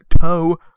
toe